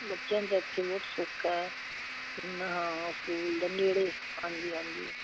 ਬੱਚਿਆਂ ਦਾ ਇੱਥੇ ਬਹੁਤ ਸੌਖਾ ਕਿੰਨਾ ਹਾਂ ਸਕੂਲ ਦੇ ਨੇੜੇ ਹਾਂਜੀ ਹਾਂਜੀ